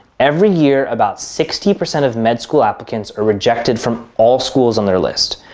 every year, about sixty percent of med school applicants are rejected from all schools on their list.